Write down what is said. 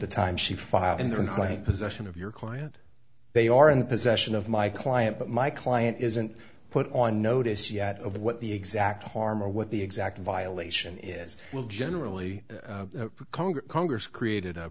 the time she filed in the client possession of your client they are in the possession of my client but my client isn't put on notice yet of what the exact harm or what the exact violation is will generally congress congress created a